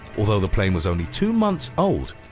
although the plane was only two months old,